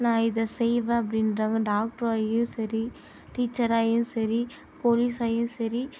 நான் இதை செய்வேன் அப்படின்றாங்க டாக்ட்ராகியும் சரி டீச்சராகியும் சரி போலீஸாகியும் சரி